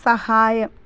സഹായം